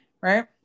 Right